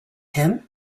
him